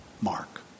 Mark